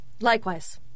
Likewise